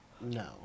No